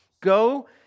Go